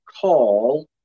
call